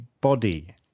body